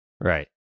Right